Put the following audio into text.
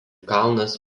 kalnas